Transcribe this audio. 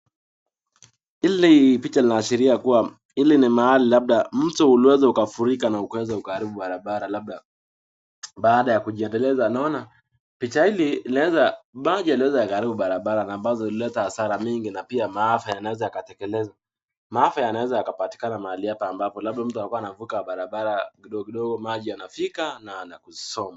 Hili picha linaashiria kuwa hili ni mahali labda mto uliweza ukafurika na ukaweza ukaharibu barabara, labda baada ya kujiendeleza. Naona picha hili, maji yaliweza yakaharibu barabara na ambazo ilileta hasara mingi na pia maafa yanaweza yakatekelezeka, maafa yanaweza yakapatikana mahali hapa ambapo labda mtu alikuwa anavuka barabara kidogo kidogo, maji yanafika na anakuzoa.